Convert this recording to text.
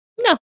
No